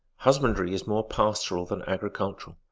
husbandry is more pastoral than agricultural.